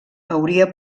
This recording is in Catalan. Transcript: hauria